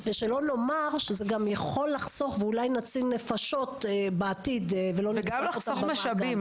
ושלא נאמר שזה גם יכול לחסוך ואולי נציל נפשות בעתיד ולא נחסוך במשאבים.